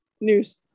news